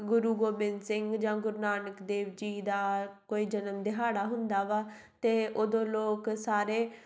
ਗੁਰੂ ਗੋਬਿੰਦ ਸਿੰਘ ਜਾਂ ਗੁਰੂ ਨਾਨਕ ਦੇਵ ਜੀ ਦਾ ਕੋਈ ਜਨਮ ਦਿਹਾੜਾ ਹੁੰਦਾ ਵਾ ਅਤੇ ਉਦੋਂ ਲੋਕ ਸਾਰੇ